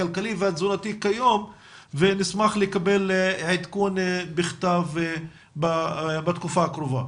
הכלכלי והתזונתי כיום ונשמח לקבל עדכון בכתב בתקופה הקרובה.